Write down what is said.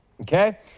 Okay